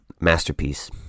masterpiece